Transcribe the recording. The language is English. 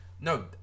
No